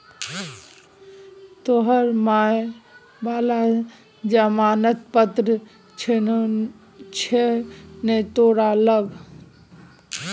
तोहर माय बला जमानत पत्र छौ ने तोरा लग